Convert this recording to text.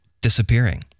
disappearing